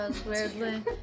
weirdly